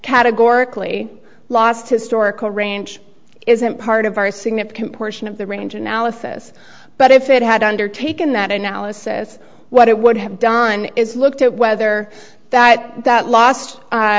categorically last historical range isn't part of our significant portion of the range analysis but if it had undertaken that analysis what it would have done is looked at whether that that last